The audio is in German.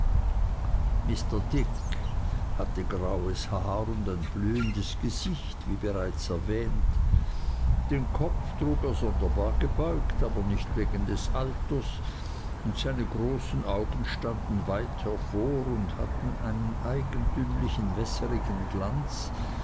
mr dick hatte graues haar und ein blühendes gesicht wie bereits erwähnt den kopf trug er sonderbar gebeugt aber nicht wegen des alters und seine großen augen standen weit hervor und hatten einen eigentümlichen wässerigen glanz